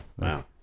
wow